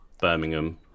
Birmingham